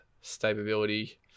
stability